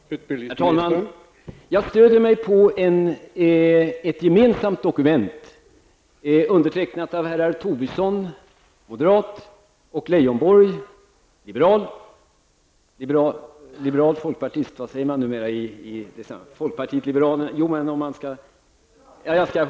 Herr talman! Jag stöder mig på ett gemensamt dokument undertecknat av herrarna Tobisson, moderaterna, och Leijonborg, folkpartiet liberalerna.